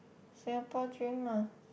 Singapore dream lah